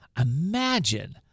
imagine